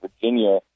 Virginia